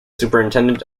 superintendent